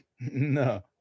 No